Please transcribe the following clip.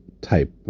type